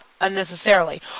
Unnecessarily